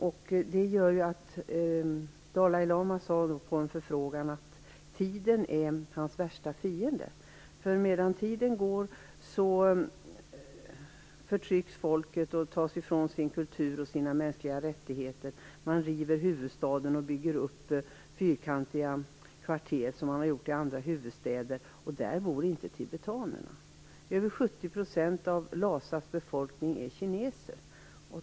Vid en förfrågan sade Dalai lama att tiden är hans värsta fiende. Medan tiden går förtrycks folket. Det tas ifrån sin kultur och sina mänskliga rättigheter. Man river huvudstaden och bygger upp fyrkantiga kvarter, precis som man gjort i andra huvudstäder. Men där bor inte tibetanerna. Över 70 % av Lhasas befolkning är kineser.